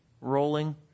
rolling